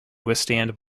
withstand